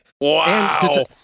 Wow